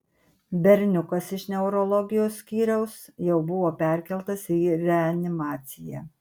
berniukas iš neurologijos skyriaus jau buvo perkeltas į reanimaciją